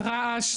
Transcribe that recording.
רעש,